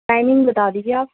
timing بتا دیجئے آپ